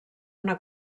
una